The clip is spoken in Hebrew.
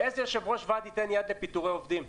איזה יושב-ראש ועד ייתן יד לפיטורי עובדים?